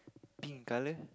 pink colour